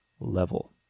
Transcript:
level